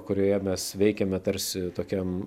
kurioje mes veikiame tarsi tokiam